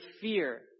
fear